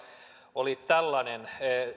oli tällainen